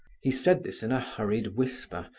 he said this in a hurried whisper,